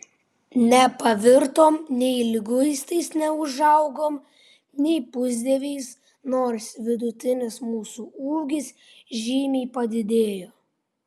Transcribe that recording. nepavirtom nei liguistais neūžaugom nei pusdieviais nors vidutinis mūsų ūgis žymiai padidėjo